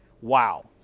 Wow